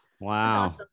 Wow